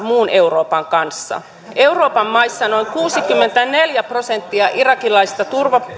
muun euroopan kanssa euroopan maissa noin kuusikymmentäneljä prosenttia irakilaisista